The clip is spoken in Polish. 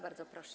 Bardzo proszę.